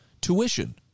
tuition